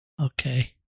Okay